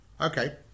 Okay